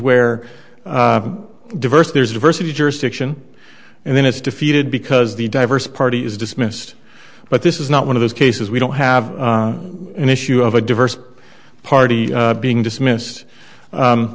where diverse there's diversity jurisdiction and then it's defeated because the diverse party is dismissed but this is not one of those cases we don't have an issue of a diverse party being dismissed